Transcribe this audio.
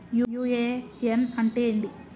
UAN అంటే ఏంది?